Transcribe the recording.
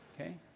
Okay